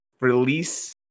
release